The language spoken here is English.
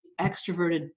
extroverted